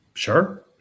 Sure